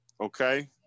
Okay